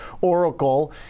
Oracle